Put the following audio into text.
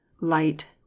light